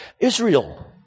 Israel